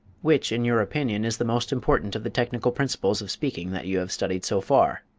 which in your opinion is the most important of the technical principles of speaking that you have studied so far?